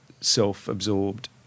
self-absorbed